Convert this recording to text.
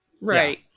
Right